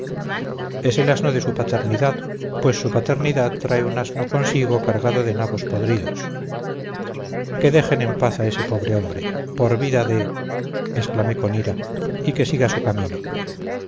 es el asno de su paternidad pues su paternidad trae un asno consigo cargado de nabos podridos que dejen en paz a ese pobre hombre por vida de exclamé con ira y que siga su camino